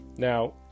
Now